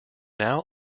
now